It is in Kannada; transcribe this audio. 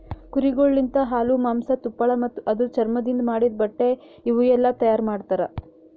ಕುರಿಗೊಳ್ ಲಿಂತ ಹಾಲು, ಮಾಂಸ, ತುಪ್ಪಳ ಮತ್ತ ಅದುರ್ ಚರ್ಮದಿಂದ್ ಮಾಡಿದ್ದ ಬಟ್ಟೆ ಇವುಯೆಲ್ಲ ತೈಯಾರ್ ಮಾಡ್ತರ